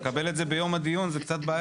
לקבל את זה ביום הדיון, זו קצת בעיה.